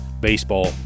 baseball